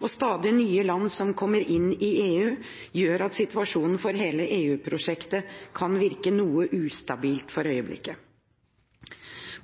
og stadig nye land som kommer inn i EU, gjør at situasjonen for hele EU-prosjektet kan virke noe ustabil for øyeblikket.